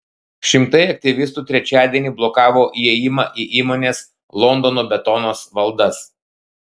šimtai aktyvistų trečiadienį blokavo įėjimą į įmonės londono betonas valdas